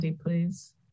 please